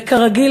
וכרגיל,